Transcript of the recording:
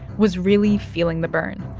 was really feeling the burn.